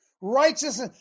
righteousness